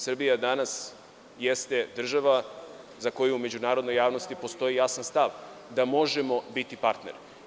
Srbija danas jeste država za koju u međunarodnoj javnosti postoji jasan stav da možemo biti partner.